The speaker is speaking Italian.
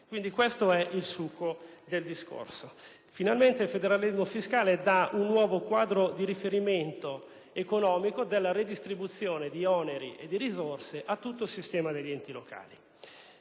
tiene. Questo è il succo del discorso. Finalmente il federalismo fiscale dà un nuovo quadro di riferimento economico della redistribuzione di oneri e di risorse a tutto il sistema degli enti locali.